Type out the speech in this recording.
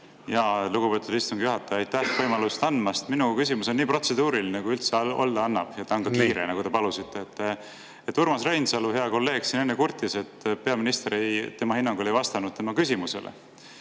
palun! Lugupeetud istungi juhataja, aitäh võimalust andmast! Minu küsimus on nii protseduuriline, kui üldse olla annab, ja olen ka kiire, nagu te palusite. Urmas Reinsalu, hea kolleeg, siin enne kurtis, et peaminister ei vastanud tema hinnangul tema küsimusele.